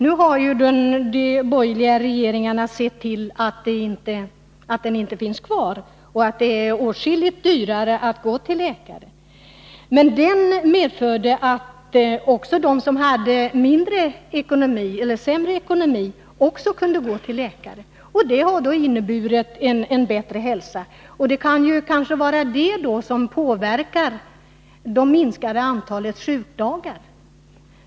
Nu har de borgerliga regeringarna sett till att reformen inte finns kvar och att det är åtskilligt dyrare att gå till läkare. Sjukronorsreformen medförde alltså att också de som hade sämre ekonomi kunde gå till läkare. Det har inneburit ett bättre hälsotillstånd i landet. Det kan kanske vara detta som påverkar minskningen i antalet sjukdagar.